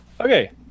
Okay